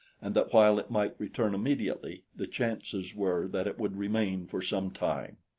and that while it might return immediately, the chances were that it would remain for some time.